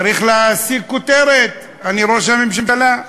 צריך להשיג כותרת, אני ראש הממשלה.